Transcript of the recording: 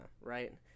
right